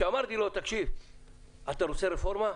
כשאמרתי לו, אתה רוצה רפורמה?